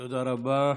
תודה רבה.